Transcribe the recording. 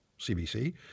CBC